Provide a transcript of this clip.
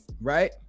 right